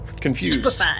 confused